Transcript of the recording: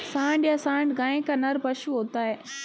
सांड या साँड़ गाय का नर पशु होता है